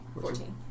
Fourteen